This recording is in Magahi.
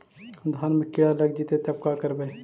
धान मे किड़ा लग जितै तब का करबइ?